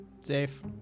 Safe